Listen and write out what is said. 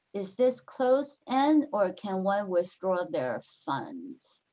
is this close end or can one withdraw their funds?